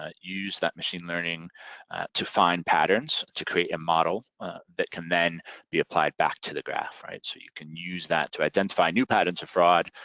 ah use that machine learning to find patterns, to create a model that can then be applied back to the graph. so you can use that to identify new patterns of fraud,